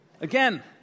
Again